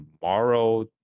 tomorrow